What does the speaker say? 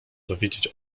dowiedzieć